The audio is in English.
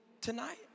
tonight